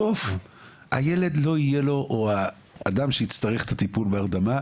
בסוף לילד או לאדם שיצטרך את הטיפול בהרדמה,